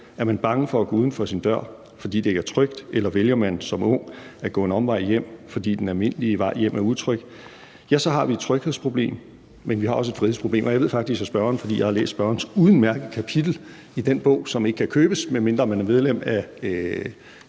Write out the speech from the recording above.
Er man bange for at gå uden for sin dør, fordi det ikke er trygt, eller vælger man som ung at gå en omvej hjem, fordi den almindelige vej hjem er utryg, så har vi et tryghedsproblem, men vi har også et frihedsproblem. Og jeg ved faktisk – fordi jeg har læst spørgerens udmærkede kapitel i den bog, som ikke kan købes, medmindre man er medlem af